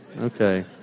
okay